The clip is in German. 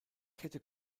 käthe